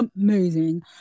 amazing